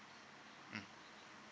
mm